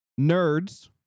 Nerds